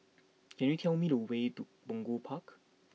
can you tell me the way to Punggol Park